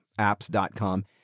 apps.com